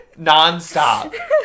nonstop